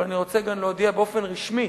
אבל אני רוצה גם להודיע באופן רשמי,